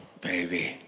baby